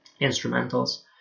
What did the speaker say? instrumentals